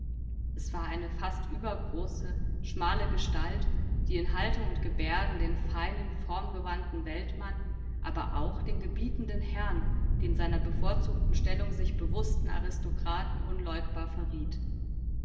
es war eine fast übergroße schmale gestalt die in haltung und gebärden den feinen formgewandten weltmann aber auch den gebietenden herrn den seiner bevorzugten stellung sich bewußten aristokraten unleugbar verriet